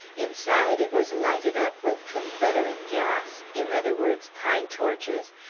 inside, it was lighted up with confederate gas, in other words, pine torches,